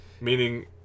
Meaning